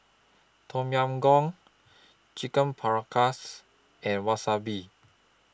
Tom Yam Goong Chicken Paprikas and Wasabi